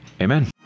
Amen